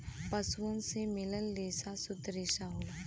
पसुअन से मिलल रेसा सुद्ध रेसा होला